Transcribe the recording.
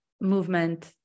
movement